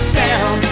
down